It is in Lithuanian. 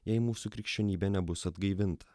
jei mūsų krikščionybė nebus atgaivinta